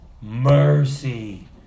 mercy